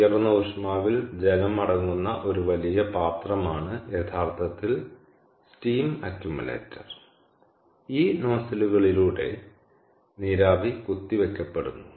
ഉയർന്ന ഊഷ്മാവിൽ ജലം അടങ്ങുന്ന ഒരു വലിയ പാത്രമാണ് യഥാർത്ഥത്തിൽ സ്റ്റീം അക്യുമുലേറ്റർ ഈ നോസിലുകളിലൂടെ നീരാവി കുത്തിവയ്ക്കപ്പെടുന്നു